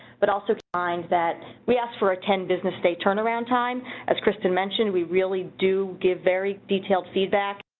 but also times that we asked for a ten business stay turnaround time as kristen mentioned we really do give very detailed feedback.